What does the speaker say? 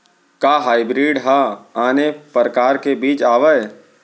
का हाइब्रिड हा आने परकार के बीज आवय?